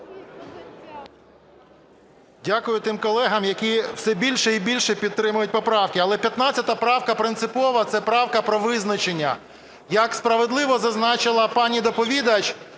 Дякую тим колегам, які все більше і більше підтримують поправки. Але 15 правка принципова, це правка про визначення. Як справедливо зазначила пані доповідач,